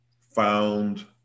found